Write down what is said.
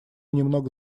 немного